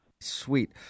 Sweet